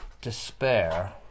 despair